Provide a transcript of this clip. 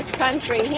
country.